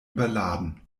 überladen